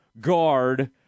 guard